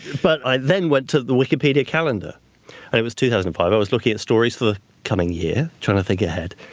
but i then went to the wikipedia calendar and it was two thousand and five i was looking at stories for the coming year, trying to think ahead.